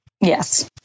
yes